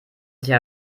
sich